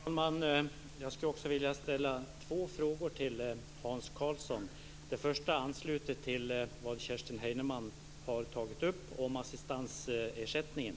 Herr talman! Jag skulle också vilja ställa två frågor till Hans Karlsson. Den första ansluter till det Kerstin Heinemann har tagit upp om assistansersättningen.